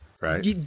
right